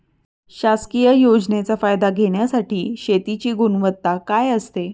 शासकीय योजनेचा फायदा घेण्यासाठी शेतीची गुणवत्ता काय असते?